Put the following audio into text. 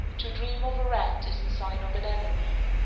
to dream of a rat is the sign of an enemy.